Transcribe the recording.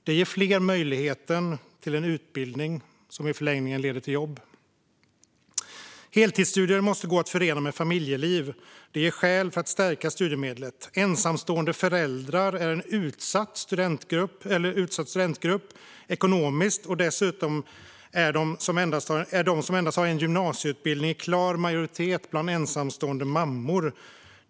Det ger fler möjligheten till en utbildning som i förlängningen leder till jobb. Heltidsstudier måste gå att förena med familjeliv. Det ger skäl att stärka studiemedlen. Ensamstående föräldrar är en utsatt studentgrupp ekonomiskt, och dessutom är de som endast har en gymnasieutbildning i klar majoritet bland ensamstående mammor.